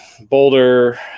boulder